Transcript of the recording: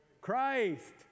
Christ